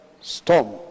storm